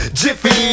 jiffy